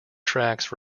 tracks